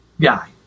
guy